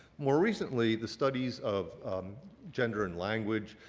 more recently, the studies of gender and language